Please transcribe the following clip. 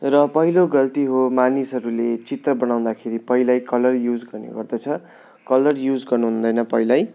र पहिलो गल्ती हो मानिसहरूले चित्र बनाँउदाखेरि पैलै कलर युज गर्ने गर्दछ कलर युज गर्नु हुँदैन पैलै